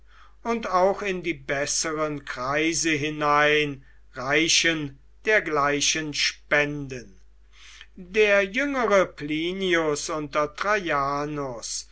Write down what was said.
und auch in die besseren kreise hinein reichen dergleichen spenden der jüngere plinius unter traianus